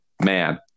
man